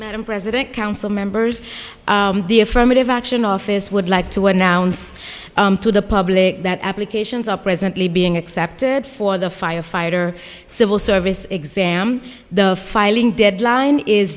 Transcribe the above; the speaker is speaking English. madam president council members the affirmative action office would like to what announce to the public that applications are presently being accepted for the firefighter civil service exam the filing deadline is